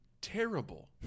Terrible